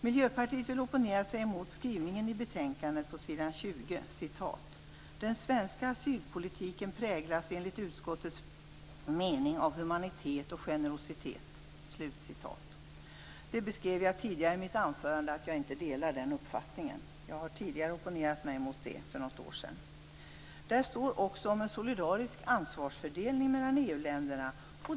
Miljöpartiet vill opponera sig mot skrivningen i betänkandet på s. 20: "Den svenska asylpolitiken präglas enligt utskottets mening av humanitet och generositet." Jag sade tidigare i mitt anförande att jag inte delar den uppfattningen. Jag har opponerat mig mot detta för något år sedan. Där står också om en solidarisk ansvarsfördelning mellan EU-länderna.